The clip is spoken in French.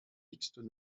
mixtes